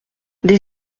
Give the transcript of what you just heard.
des